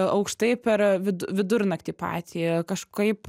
aukštai per vid vidurnaktį patį kažkaip